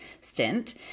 stint